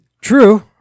True